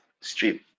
stream